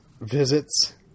visits